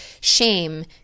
shame